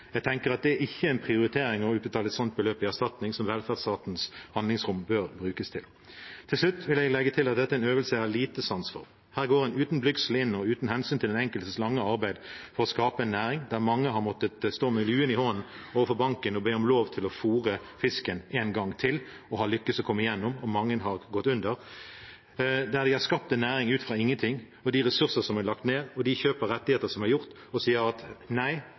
Jeg tenker at det å prioritere å utbetale et sånt beløp i erstatning ikke er det velferdsstatens handlingsrom bør brukes til. Til slutt vil jeg legge til at dette er en øvelse jeg har liten sans for. Her går man uten blygsel inn, uten hensyn til den enkeltes lange arbeid for å skape en næring, der mange har måttet stå med luen i hånden overfor banken for å få lov til å fôre fisken én gang til og har lyktes med å komme igjennom – og mange har gått under – der de har skapt en næring ut fra ingenting, med de ressursene som er lagt ned, og de kjøp av rettigheter som er gjort, og sier: